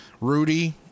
Rudy